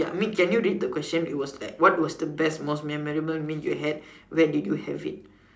ya I mean can you read the question it was like what was the most best memorable meal you had where did you have it